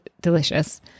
delicious